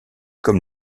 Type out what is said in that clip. comme